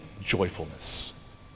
joyfulness